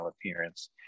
appearance